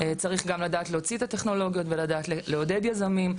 צריך גם לדעת להוציא את הטכנולוגיות ולדעת לעודד יזמים,